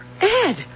Ed